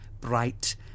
bright